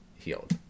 healed